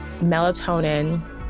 melatonin